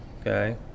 Okay